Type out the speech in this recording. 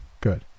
good